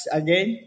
again